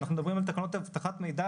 אנחנו מדברים על תקנות אבטחת מידע,